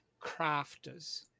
crafters